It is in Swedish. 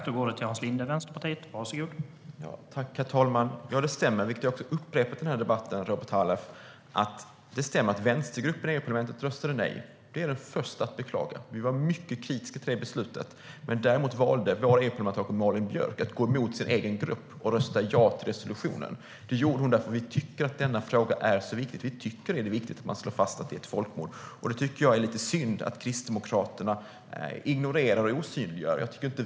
Herr talman! Det stämmer - vilket jag också upprepat i debatten, Robert Halef - att vänstergruppen i EU-parlamentet röstade nej. Det är jag den första att beklaga. Vi var mycket kritiska till det beslutet. Däremot valde vår EU-parlamentariker Malin Björk att gå emot sin egen grupp och rösta ja till resolutionen. Det gjorde hon för att vi tycker att denna fråga är så viktig. Vi tycker att det är viktigt att man slår fast att det är ett folkmord. Det är lite synd att Kristdemokraterna ignorerar och osynliggör det.